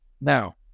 Now